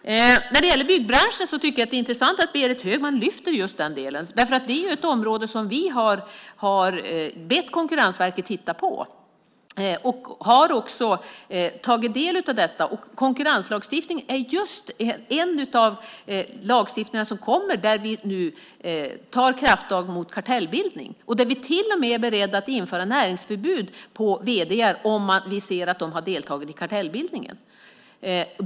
Det är intressant att Berit Högman lyfter upp just byggbranschen. Det är ett område som vi har bett Konkurrensverket titta på. Vi har också tagit del av det. Konkurrenslagstiftning är en lagstiftning som kommer där vi tar krafttag mot kartellbildning. Vi är till och med beredda att införa näringsförbud för vd:ar om vi ser att de har deltagit i kartellbildning.